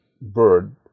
bird